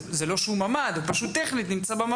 זה לא שהוא ממ"ד, הוא פשוט נמצא טכנית בממ"ד.